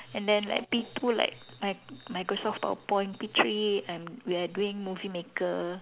and then like P two like mi~ Microsoft PowerPoint P three I'm we are doing movie maker